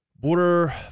Border